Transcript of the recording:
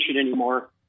anymore